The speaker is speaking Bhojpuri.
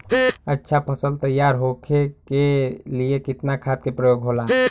अच्छा फसल तैयार होके के लिए कितना खाद के प्रयोग होला?